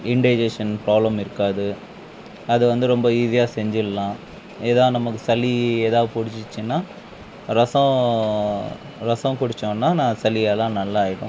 இன் digestion problem இருக்காது அது வந்து ரொம்ப ஈஸியாக செஞ்சில்லாம் இதான் நமக்கு சளி எதா பிடிச்சிச்சினா ரசம் ரசம் குடிச்சோன்னா நான் சளியெல்லாம் நல்லாயிடும்